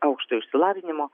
aukšto išsilavinimo